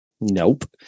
Nope